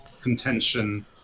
contention